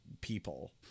people